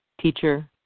teacher